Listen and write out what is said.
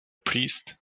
priest